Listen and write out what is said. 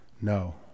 No